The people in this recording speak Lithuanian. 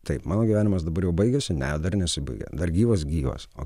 taip mano gyvenimas dabar jau baigiasi ne dar nesibaigė dar gyvas gyvas o